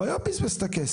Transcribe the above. הוא היום בזבז את הכסף.